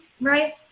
right